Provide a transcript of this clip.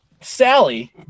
Sally